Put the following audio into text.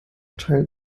teilt